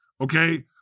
Okay